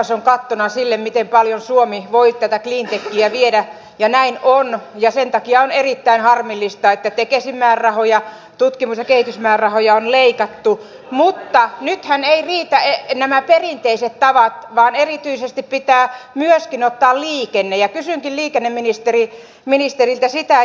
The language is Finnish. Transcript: epäselvää naisille miten paljon suomi voi tätäkin hallitus valmistelee sote uudistusta avoimesti ja sen takia on erittäin harmillista että tekesin vuoropuhelussa opposition ja kehitysmäärärahoja on leikattu mutta nyt hän ei niin tee nämä perinteiset tavat vaan erityisesti pitää mieskin kansalaisyhteiskunnan kanssa ja varaa tähän tarvittaessa